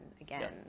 again